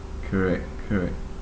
correct correct